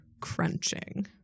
crunching